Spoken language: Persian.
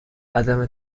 عدم